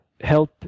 help